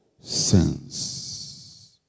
sins